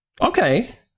Okay